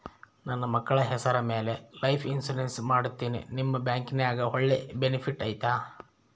ನನ್ನ ಮಕ್ಕಳ ಹೆಸರ ಮ್ಯಾಲೆ ಲೈಫ್ ಇನ್ಸೂರೆನ್ಸ್ ಮಾಡತೇನಿ ನಿಮ್ಮ ಬ್ಯಾಂಕಿನ್ಯಾಗ ಒಳ್ಳೆ ಬೆನಿಫಿಟ್ ಐತಾ?